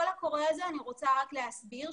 אני רוצה רק להסביר,